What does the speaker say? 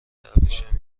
ابریشمی